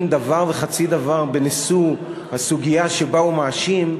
דבר וחצי דבר בסוגיה שבה הוא מאשים,